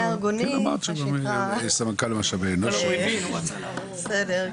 אמרת --- סמנכ"ל משאבי אנוש --- בסדר.